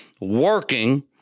working